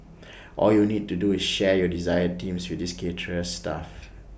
all you need to do is share your desired themes with this caterer's staff